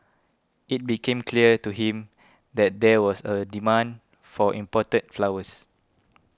it became clear to him that there was a demand for imported flowers